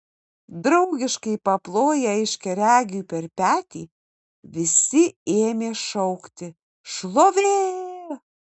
draugiškai paploję aiškiaregiui per petį visi ėmė šaukti šlovė